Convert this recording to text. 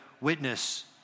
witness